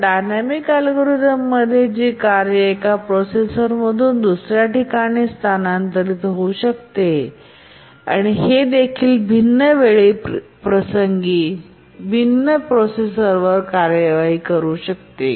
तर डायनॅमिक अल्गोरिदममध्ये जिथे कार्य एका प्रोसेसरमधून दुसर्या ठिकाणी स्थानांतरित होऊ शकते आणि ते देखील भिन्न वेळ प्रसंगी नंतर ते भिन्न प्रोसेसरवर कार्यवाही करू शकते